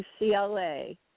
UCLA